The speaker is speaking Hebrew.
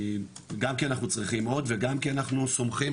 גם כי אנחנו צריכים עוד וגם כי אנחנו סומכים